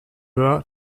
were